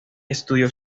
estudió